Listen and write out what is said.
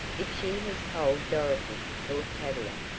if she has told dorothy, thought tavia,